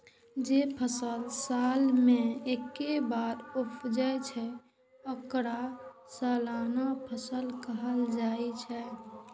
जे फसल साल मे एके बेर उपजै छै, ओकरा सालाना फसल कहल जाइ छै